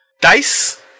Dice